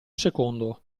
secondo